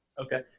Okay